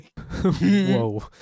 Whoa